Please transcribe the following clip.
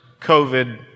COVID